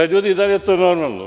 Ljudi, da li je to normalno?